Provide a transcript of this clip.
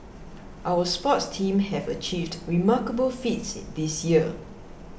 our sports teams have achieved remarkable feats this year